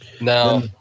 Now